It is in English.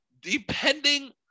depending